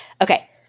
okay